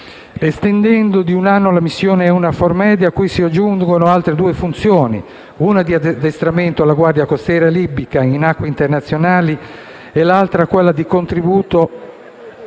estendendo di un anno la missione EUNAVFOR Med, cui si aggiungono altre due funzioni, una di addestramento della guardia costiera libica in acque internazionali e l'altra di contributo